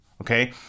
okay